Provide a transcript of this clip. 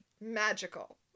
magical